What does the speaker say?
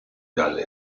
dagli